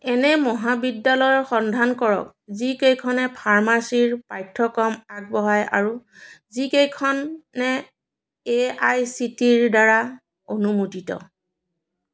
এনে মহাবিদ্যালয়ৰ সন্ধান কৰক যিকেইখনে ফাৰ্মাচীৰ পাঠ্যক্ৰম আগবঢ়ায় আৰু যিকেইখনে এ আই চি টিৰদ্বাৰা অনুমোদিত